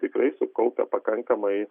tikrai sukaupę pakankamai